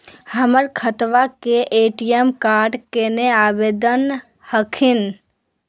हमर खतवा के ए.टी.एम कार्ड केना आवेदन हखिन?